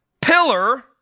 Pillar